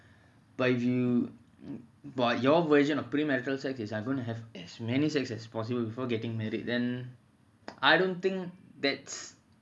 but if you but your version of pre marital sex is I want have as many sex as possible before getting married then I don't think that's